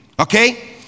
Okay